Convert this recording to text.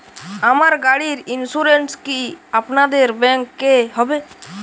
আমার গাড়ির ইন্সুরেন্স কি আপনাদের ব্যাংক এ হবে?